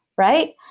right